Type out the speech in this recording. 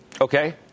Okay